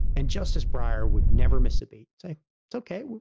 and justice breyer would never miss a beat say, it's okay.